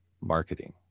marketing